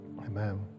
Amen